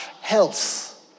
health